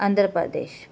Andhra Pradesh